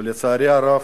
ולצערי הרב,